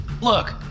Look